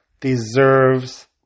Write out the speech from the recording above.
deserves